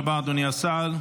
תודה רבה, אדוני השר.